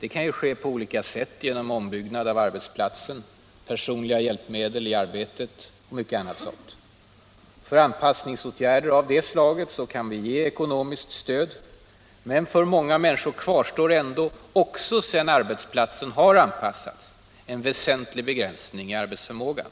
Det kan de också få på olika sätt: genom ombyggnad av arbetsplatsen, personliga hjälpmedel i arbetet och mycket annat. För anpassningsåtgärder av det slaget kan vi ge ekonomiskt stöd. Men även efter det att arbetsplatsen har anpassats kvarstår för många människor en väsentlig begränsning i arbetsförmågan.